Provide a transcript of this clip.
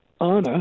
Anna